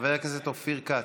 חבר הכנסת אופיר כץ,